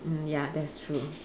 mm ya that's true